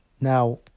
Now